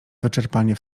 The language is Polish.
wyczerpanie